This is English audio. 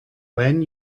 when